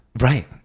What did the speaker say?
Right